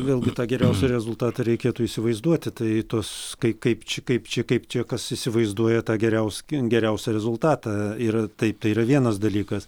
vėlgi tą geriausią rezultatą reikėtų įsivaizduoti tai tos kai kaip čia kaip čia kaip čia kas įsivaizduoja tą geriausią geriausią rezultatą ir taip tai yra vienas dalykas